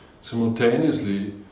Simultaneously